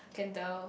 can tell